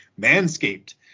Manscaped